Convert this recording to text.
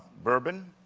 bourbon.